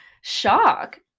shock